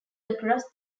across